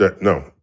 no